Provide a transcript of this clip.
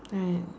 right